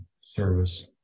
service